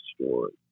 story